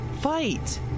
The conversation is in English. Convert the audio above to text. Fight